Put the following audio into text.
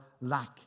lack